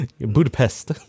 budapest